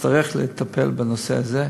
נצטרך לטפל בנושא הזה,